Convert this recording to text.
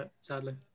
Sadly